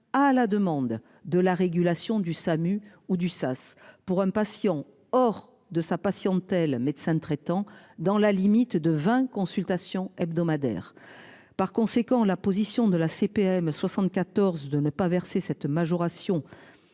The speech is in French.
à la demande de la régulation du SAMU ou du sas pour un patient hors de sa patiente médecin traitant dans la limite de 20 consultations hebdomadaires. Par conséquent, la position de la CPAM 74 de ne pas verser cette majoration.